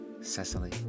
Cecily